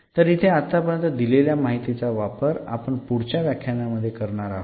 तर इथे आत्तापर्यंत दिलेल्या माहितीचा वापर आपण पुढच्या व्याख्यानांमध्ये करणार आहोत